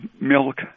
milk